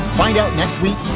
find out next week.